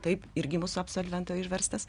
taip irgi mūsų absolvento išverstas